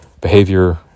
behavior